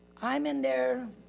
i'm in there,